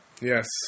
Yes